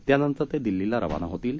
त्यानंतर ते दिल्लीला रवाना होतील